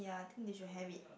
ya I think they should have it